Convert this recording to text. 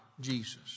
Jesus